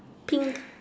pink